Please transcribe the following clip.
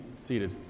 seated